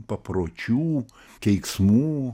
papročių keiksmų